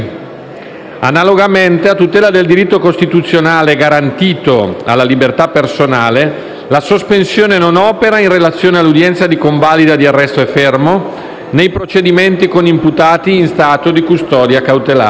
Analogamente, a tutela del diritto costituzionalmente garantito alla libertà personale, la sospensione non opera in relazione all'udienza di convalida di arresto e fermo, nei procedimenti con imputati in stato di custodia cautelare.